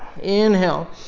inhale